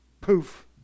poof